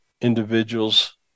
individuals